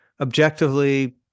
objectively